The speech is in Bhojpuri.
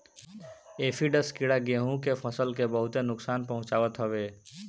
एफीडस कीड़ा गेंहू के फसल के बहुते नुकसान पहुंचावत हवे